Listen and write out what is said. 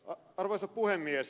arvoisa puhemies